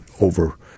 over